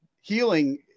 healing